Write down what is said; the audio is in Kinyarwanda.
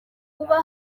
kuba